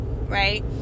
right